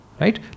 right